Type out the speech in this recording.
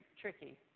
tricky